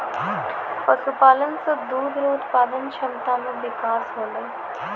पशुपालन से दुध रो उत्पादन क्षमता मे बिकास होलै